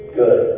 good